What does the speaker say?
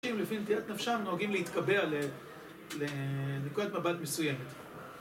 אנשים לפי נטיית נפשם נוהגים להתכבר לנקודת מבט מסוימת